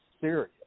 serious